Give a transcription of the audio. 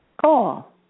call